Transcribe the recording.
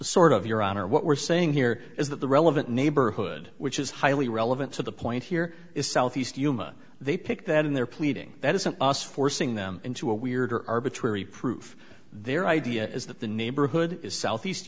sort of your honor what we're saying here is that the relevant neighborhood which is highly relevant to the point here is se yuma they pick that in their pleading that isn't us forcing them into a weird or arbitrary proof their idea is that the neighborhood is southeast